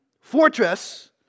fortress